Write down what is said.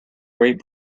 great